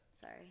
Sorry